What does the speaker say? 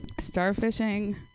starfishing